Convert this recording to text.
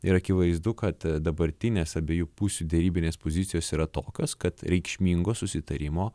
ir akivaizdu kad dabartinės abiejų pusių derybinės pozicijos yra tokios kad reikšmingo susitarimo